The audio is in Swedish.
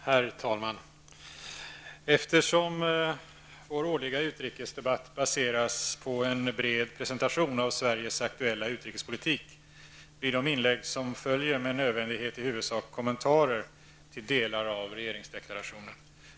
Herr talman! Eftersom vår årliga utrikesdebatt baseras på en bred presentation av Sveriges aktuella utrikespolitik, blir de inlägg som följer med nödvändighet i huvudsak kommentarer till delar av regeringsdeklarationen.